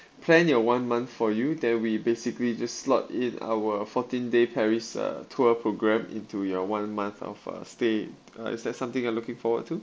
plan your one month for you then we basically just slot in our fourteen day paris uh tour program into your one month of uh state uh is that something you looking forward to